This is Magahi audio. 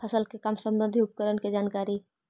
फसल के काम संबंधित उपकरण के जानकारी?